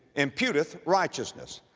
imputeth righteousness.